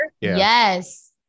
Yes